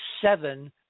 seven